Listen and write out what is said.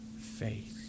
faith